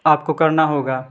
आपको करना होगा